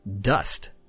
dust